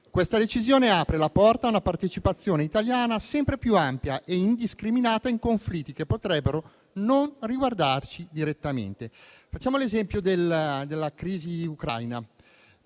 Questa decisione apre la porta a una partecipazione italiana sempre più ampia e indiscriminata in conflitti che potrebbero non riguardarci direttamente. Facciamo l'esempio della crisi ucraina: